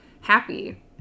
happy